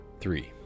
Three